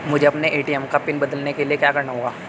मुझे अपने ए.टी.एम का पिन बदलने के लिए क्या करना होगा?